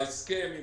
ההסכם עם